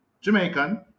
Jamaican